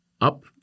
up